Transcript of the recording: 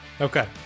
Okay